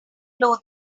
floor